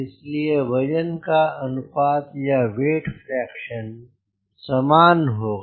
इसलिए वजन का अनुपात या वेट फ्रैक्शन समान होगा